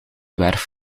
werf